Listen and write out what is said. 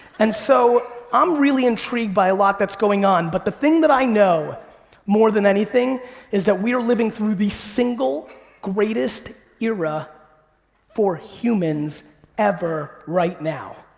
and so i'm really intrigued by a lot that's going on. but the thing that i know more than anything is that we're living through the single greatest era for humans ever right now.